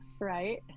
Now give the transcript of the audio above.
Right